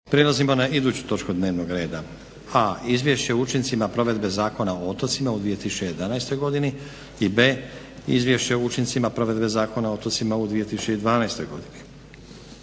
Prelazimo na iduću točku dnevnog reda A) Izvješće o učincima provedbe Zakona o otocima u 2011.godini A) Izvješće o učincima provedbe Zakona o otocima u 2012.godini.